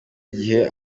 gihe